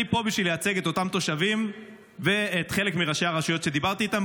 אני פה בשביל לייצג את אותם תושבים ואת חלק מראשי הרשויות שדיברתי איתם,